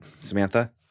Samantha